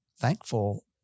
thankful